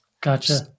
Gotcha